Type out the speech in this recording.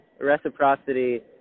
reciprocity